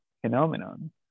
phenomenon